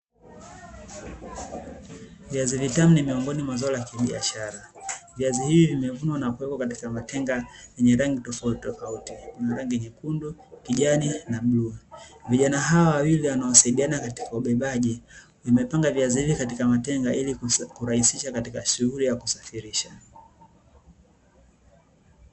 Viazi vitamu ni miongoni mwa zao la kibiashara, viazi hivi vimevunwa na kuwekwa katika matenga, yenye rangi tofauti tofauti. Kuna rangi nyekundu, kijani na bluu. Vijana hawa wawili wanaosaidiana katika ubebaji wamepanga viazi hivi katika matenga, ili kusaidia kurahisisha katika shughuli ya kusafirisha.